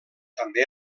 també